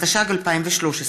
התשע"ח 2018,